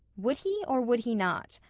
would he or would he not?